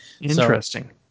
Interesting